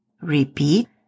Repeat